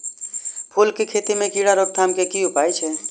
फूल केँ खेती मे कीड़ा रोकथाम केँ की उपाय छै?